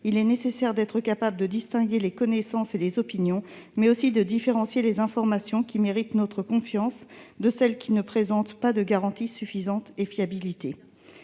il est nécessaire d'être capable de distinguer les connaissances [des] opinions, mais aussi de différencier les informations qui méritent notre confiance de celles qui ne présentent pas de garantie suffisante de fiabilité.